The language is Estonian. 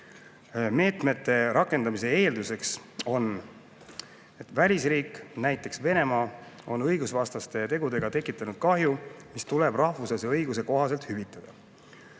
Meetmete rakendamise eelduseks on, et välisriik, näiteks Venemaa on õigusvastaste tegudega tekitanud kahju, mis tuleb rahvusvahelise õiguse kohaselt hüvitada.